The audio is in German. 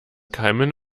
keimen